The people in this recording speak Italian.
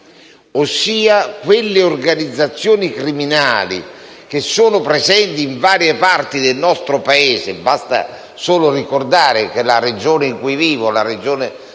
ossia di quelle organizzazioni criminali che sono presenti in varie parti del nostro Paese. Basta solo ricordare che la Regione Lombardia, in